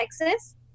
Texas